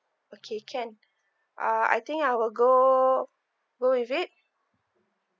okay can uh I think I will go go with it